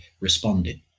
responded